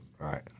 Right